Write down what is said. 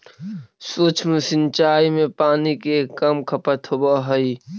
सूक्ष्म सिंचाई में पानी के कम खपत होवऽ हइ